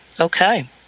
okay